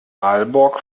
aalborg